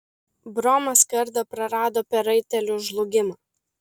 bromas kardą prarado per raitelių žlugimą